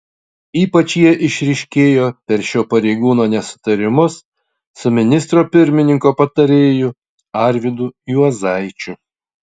ypač jie išryškėjo per šio pareigūno nesutarimus su ministro pirmininko patarėju arvydu juozaičiu